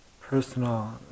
personal